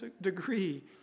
degree